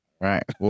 Right